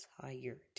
tired